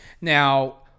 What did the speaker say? Now